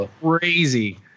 crazy